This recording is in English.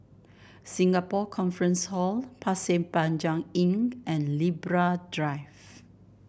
Singapore Conference Hall Pasir Panjang Inn and Libra Drive